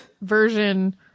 version